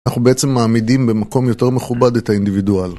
אנחנו בעצם מעמידים במקום יותר מכובד את האינדיבידואל.